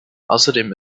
außerdem